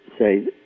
Say